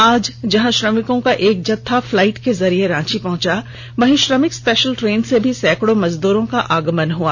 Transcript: आज जहां श्रमिकों का एक जत्था फ्लाईट के जरिये रांची पहुंचा वहीं श्रमिक स्पेषल ट्रेन से भी सैकड़ों मजदूरों का आगमन हुआ